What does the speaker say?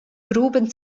gruben